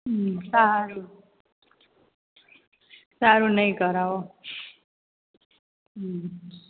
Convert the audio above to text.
હં સારું સારું નહીં કરવો હં